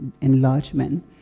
enlargement